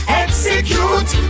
execute